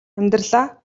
амьдралаа